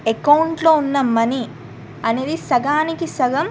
అకౌంట్లో ఉన్న మనీ అనేది సగానికి సగం